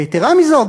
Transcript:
ויתרה מזאת,